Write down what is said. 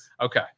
Okay